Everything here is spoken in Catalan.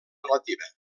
relativa